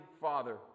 Father